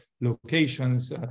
locations